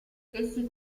essi